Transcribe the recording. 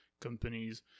companies